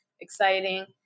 exciting